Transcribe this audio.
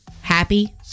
happy